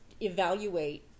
evaluate